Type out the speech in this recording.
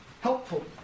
helpful